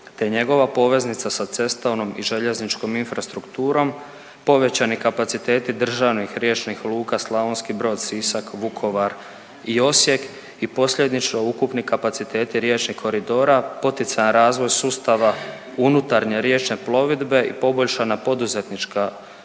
te njegova poveznica sa cestovnom i željezničkom infrastrukturom, povećani kapaciteti državnih, riječnih luka Slavonski Brod – Sisak – Vukovar i Osijek i posljedično ukupni kapaciteti riječnih koridora, poticaja razvoj sustava unutarnje riječne plovidbe i poboljšana poduzetnička odnosno